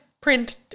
print